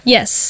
Yes